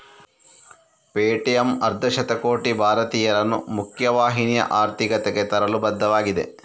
Paytm ಅರ್ಧ ಶತಕೋಟಿ ಭಾರತೀಯರನ್ನು ಮುಖ್ಯ ವಾಹಿನಿಯ ಆರ್ಥಿಕತೆಗೆ ತರಲು ಬದ್ಧವಾಗಿದೆ